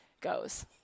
goes